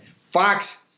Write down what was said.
Fox